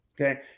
Okay